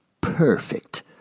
perfect